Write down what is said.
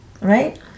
right